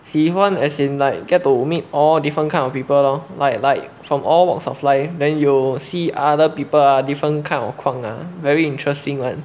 喜欢 as in like get to meet all different kinds of people lor like like from all walks of life then you'll see other people ah different kind of 狂啦:kuang lah very interesting [one]